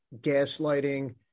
gaslighting